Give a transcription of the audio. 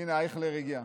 הינה, אייכלר הגיע.